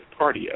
cardio